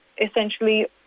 essentially